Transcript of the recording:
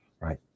right